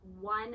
one